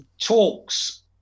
talks